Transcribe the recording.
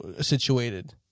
situated